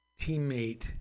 teammate